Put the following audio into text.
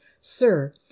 Sir